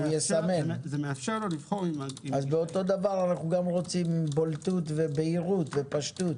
אותו דבר אנו רוצים בולטות ופשטות,